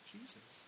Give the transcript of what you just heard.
Jesus